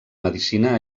medicina